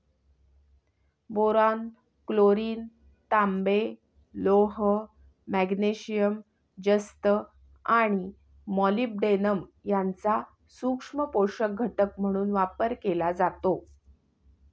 boron, chlorine, तांबे, लोह, magnesium, जस्त आणि मॉलिब्डेनम यांचा सूक्ष्म पोषक घटक म्हणून वापर केला जातो